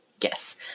Yes